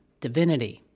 Divinity